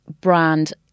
brand